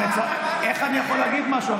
איך אני יכול להגיד משהו?